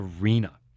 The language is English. arena